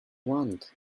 want